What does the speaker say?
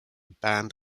band